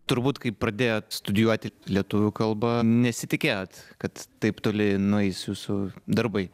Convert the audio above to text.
turbūt kaip pradėjot studijuoti lietuvių kalba nesitikėjot kad taip toli nueis jūsų darbai